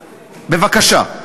בבקשה.